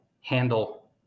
handle